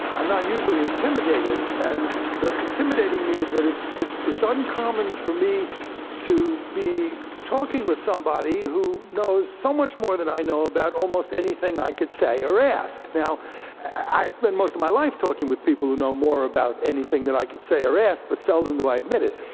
i'm not usually intimidated, and what's intimidating me is that it's it's uncommon for me to be talking with somebody who knows so much more than i know about almost anything i could say or ask. now i spend most of my life talking with people who know more about anything that i could say or ask, but seldom do i admit it,